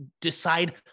decide